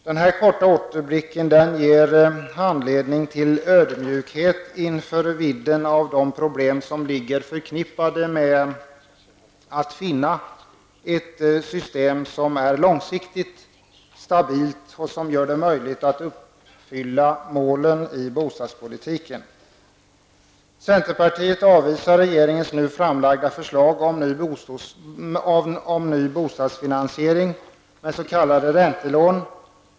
Den här korta återblicken ger anledning till ödmjukhet inför vidden av de problem som är förknippade med detta med att finna ett system som är långsiktigt och stabilt och som gör det möjligt att uppnå målen för bostadspolitiken. räntelån.